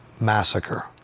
massacre